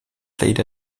played